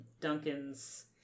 Duncan's